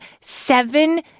seven